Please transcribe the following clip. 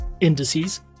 Indices